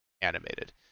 animated